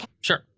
Sure